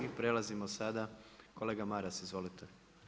I prelazimo sada, kolega Maras, izvolite.